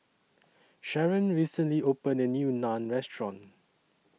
Sharen recently opened A New Naan Restaurant